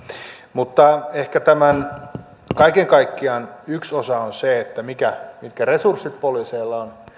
mutta ehkä kaiken kaikkiaan tämän yksi osa on se mitkä resurssit poliiseilla on